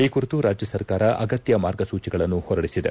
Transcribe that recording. ಈ ಕುರಿತು ರಾಜ್ಯ ಸರ್ಕಾರ ಅಗತ್ಯ ಮಾರ್ಗಸೂಚಿಗಳನ್ನು ಹೊರಡಿಸಿದೆ